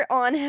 on